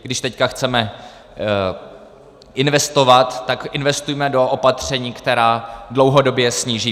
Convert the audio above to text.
Když teď chceme investovat, tak investujme do opatření, která dlouhodobě sníží výdaje.